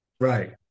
Right